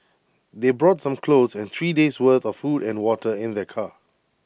they brought some clothes and three days worth of food and water in their car